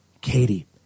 Katie